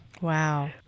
Wow